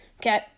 Okay